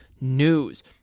news